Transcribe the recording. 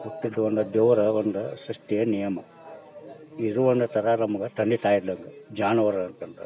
ಹುಟ್ಟಿದ್ದು ಒಂದು ದೇವರ ಒಂದು ಸೃಷ್ಟಿಯ ನಿಯಮ ಇದು ಒಂದು ಥರ ನಮ್ಗೆ ತಂದೆ ತಾಯಿ ಇದ್ದಂಗೆ ಜಾನ್ವಾರು ಅಂತಂದ್ರೆ